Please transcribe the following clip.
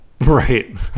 Right